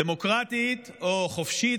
דמוקרטית או חופשית,